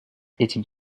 этим